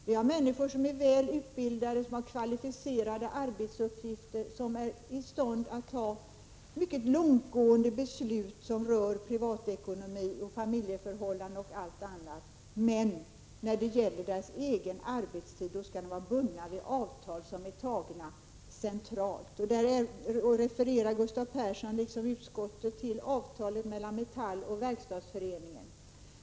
Det finns människor som är väl utbildade för kvalificerade arbetsuppgifter, som är i stånd att fatta mycket långtgående beslut som rör privatekonomi, familjeförhållanden och allt annat — men som när det gäller sin egen arbetstid skall vara bundna vid avtal som har antagits centralt. Gustav Persson refererar liksom utskottsmajoriteten i övrigt till avtalet mellan Metall och Verkstadsföreningen.